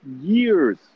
years